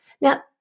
Now